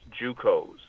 JUCOs